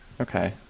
Okay